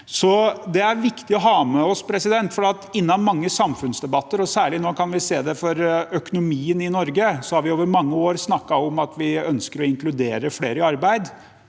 er det viktig at vi har med oss, for innen mange samfunnsdebatter, og særlig nå kan vi se det for økonomien i Norge, har vi over mange år snakket om at vi ønsker å inkludere flere i arbeid.